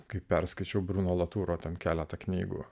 kai perskaičiau bruno laturo ten keletą knygų